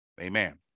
Amen